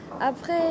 Après